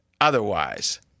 otherwise